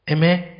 Amen